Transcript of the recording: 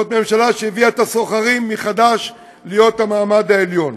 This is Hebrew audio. זאת ממשלה שהביאה את הסוחרים מחדש להיות המעמד העליון,